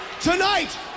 Tonight